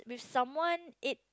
someone it